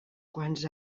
quants